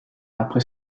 après